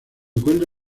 encuentra